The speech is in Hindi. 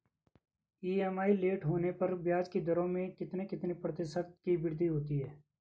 ई.एम.आई लेट होने पर ब्याज की दरों में कितने कितने प्रतिशत की वृद्धि होती है?